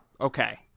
okay